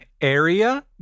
area